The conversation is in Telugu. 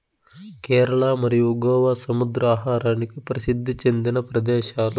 కేరళ మరియు గోవా సముద్ర ఆహారానికి ప్రసిద్ది చెందిన ప్రదేశాలు